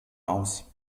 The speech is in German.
aus